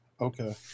Okay